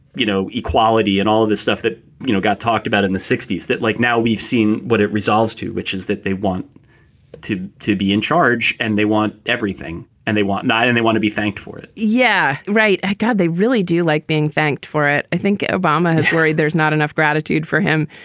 you know, equality and all of this stuff that you know got talked about in the sixty s that like now we've seen what it resolves to, which is that they want to to be in charge and they want everything and they want not and they want to be thanked for it yeah, right. at god, they really do like being thanked for it. i think obama has worried there's not enough gratitude for him.